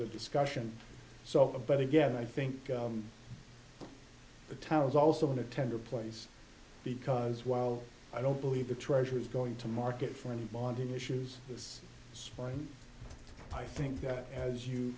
ther discussion so but again i think the tower is also in a tender place because while i don't believe the treasury is going to market for any modern issues this spring i think that as you